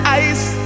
ice